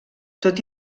tot